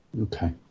okay